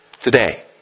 today